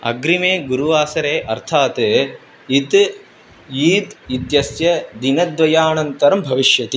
अग्रिमे गुरुवासरे अर्थात् इत् ईत् इत्यस्य दिनद्वयानन्तरं भविष्यति